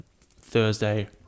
Thursday